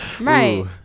Right